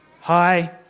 Hi